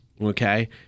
okay